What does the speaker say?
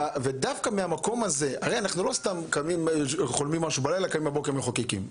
לא סתם אנחנו חולמים על משהו בלילה וקמים בבוקר ומחוקקים.